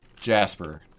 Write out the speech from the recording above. Jasper